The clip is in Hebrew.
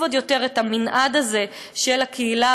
עוד יותר את המנעד הזה של הקהילה,